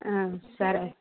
సరే